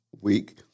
week